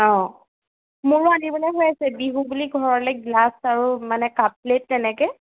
অঁ মোৰো আনিবলৈ হৈ আছে বিহু বুলি ঘৰলৈ গ্লাছ আৰু মানে কাপ প্লেট তেনেকে